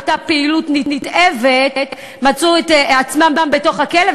פעילות נתעבת מצאו את עצמם בתוך הכלא,